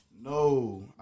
No